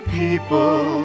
people